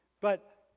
but,